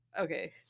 okay